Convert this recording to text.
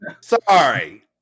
Sorry